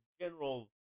general